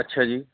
ਅੱਛਾ ਜੀ